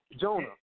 Jonah